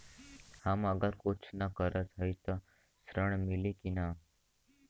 हम अगर कुछ न करत हई त ऋण मिली कि ना?